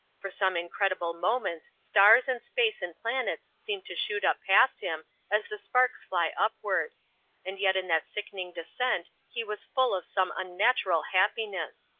for some incredible moments stars and space and planets seemed to shoot up past him as the sparks fly upward and yet in that sickening descent he was full of some unnatural happiness.